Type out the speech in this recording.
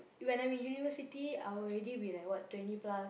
when I'm in university I will already be like what twenty plus